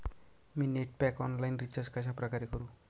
मी net pack online recharge कशाप्रकारे करु?